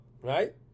right